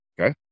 Okay